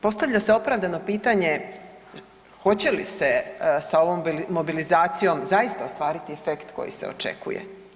Postavlja se opravdano pitanje hoće li se sa ovom mobilizacijom zaista ostvariti efekt koji se očekuje?